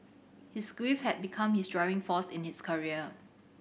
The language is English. his grief had become his driving force in his career